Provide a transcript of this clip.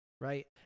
right